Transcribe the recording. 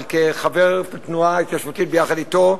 אבל כחבר בתנועה ההתיישבותית יחד אתו,